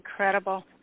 Incredible